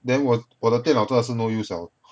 then 我我的电脑真的是 no use liao